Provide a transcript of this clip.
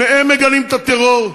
שניהם מגנים את הטרור,